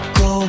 go